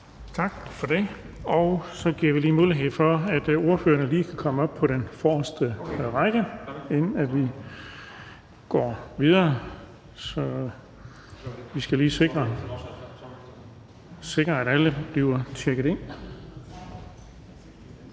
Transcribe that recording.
Tak for det. Så giver vi lige mulighed for, at ordførerne kan komme op på den forreste række, inden vi går videre. Vi skal lige sikre, at alle bliver tjekket ind.